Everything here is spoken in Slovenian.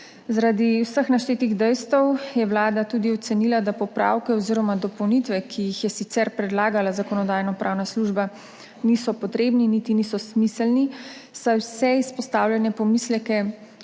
Zaradi vseh naštetih dejstev je Vlada tudi ocenila, da popravki oziroma dopolnitve, ki jih je sicer predlagala Zakonodajno-pravna služba, niso potrebne, niti niso smiselne, saj vse izpostavljene pomisleke